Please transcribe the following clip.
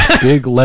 big